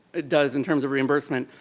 ah does in terms of reimbursement,